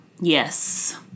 yes